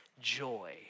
joy